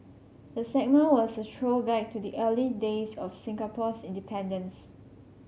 the segment was a throwback to the early days of Singapore's independence